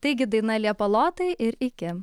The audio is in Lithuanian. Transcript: taigi daina liepalotai ir iki